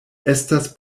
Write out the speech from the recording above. estas